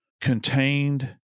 contained